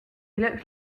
looked